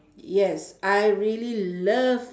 yes I really love